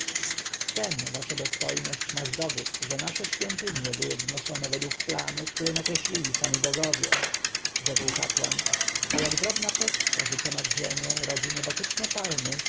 tem wasza dostojność masz dowód że nasze świątynie były wznoszone według planu który nakreślili sami bogowie rzekł kapłan a jak drobna pestka rzucona w ziemię rodzi niebotyczne palmy